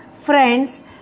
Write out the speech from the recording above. friends